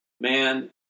man